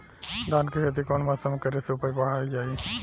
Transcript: धान के खेती कौन मौसम में करे से उपज बढ़ाईल जाई?